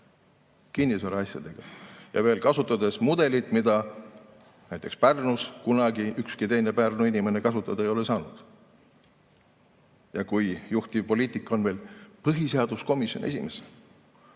kinnisvaraasjadega, ja veel kasutades mudelit, mida näiteks Pärnus kunagi ükski teine Pärnu inimene kasutada ei ole saanud, ja kui juhtivpoliitik on veel põhiseaduskomisjoni esimees?